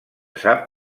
sap